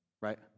right